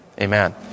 Amen